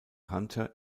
hunter